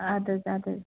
ادٕ حظ ادٕ حظ